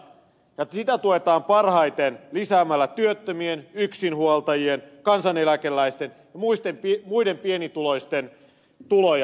sitä tuetaan parhaiten lisäämällä työttömien yksinhuoltajien kansaneläkeläisten ja muiden pienituloisten tuloja